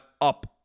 up